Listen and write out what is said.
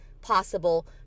possible